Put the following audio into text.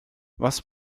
was